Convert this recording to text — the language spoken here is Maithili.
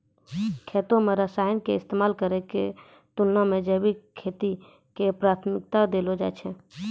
खेती मे रसायन के इस्तेमाल करै के तुलना मे जैविक खेती के प्राथमिकता देलो जाय छै